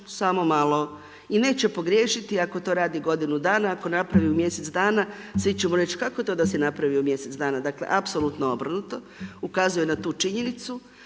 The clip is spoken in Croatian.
samo malo i neće pogriješiti ako to radi godinu dana. Ako napravi u mjesec dana, svi ćemo reći, kako to da i napravio u mjesec dana. Dakle, apsolutno obrnuto, ukazuje na tu činjenicu.